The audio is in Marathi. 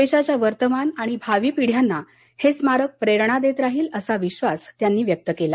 देशाच्या वर्तमान आणि भावी पिढ़यांना हे स्मारक प्रेरणा देत राहील असा विश्वास त्यांनी व्यक्त केला